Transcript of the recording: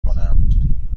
کنم